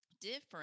different